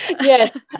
Yes